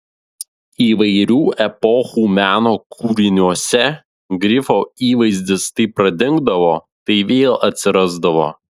įvairių epochų meno kūriniuose grifo įvaizdis tai pradingdavo tai vėl atsirasdavo